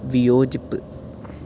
വിയോജിപ്പ്